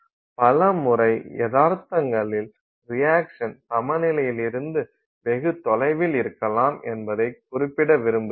பல முறை யதார்த்தகளில் ரியாக்சன் சமநிலையிலிருந்து வெகு தொலைவில் இருக்கம் என்பதை குறிப்பிடவிரும்புகிறேன்